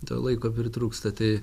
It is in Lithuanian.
to laiko pritrūksta tai